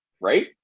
right